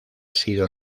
sido